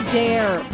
dare